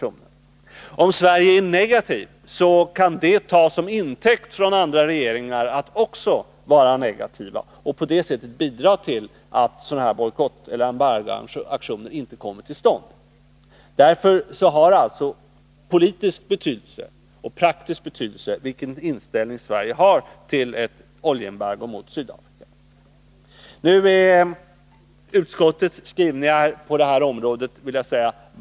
Om Sverige är negativt kan andra regeringar ta det till intäkt för att också vara negativa, och det kan på det sättet bidra till att några embargoaktioner inte kommer till stånd. Därför har det alltså politisk och praktisk betydelse vilken inställning Sverige har till ett oljeembargo mot Sydafrika. Utskottets skrivningar på det här området är vagt vänliga.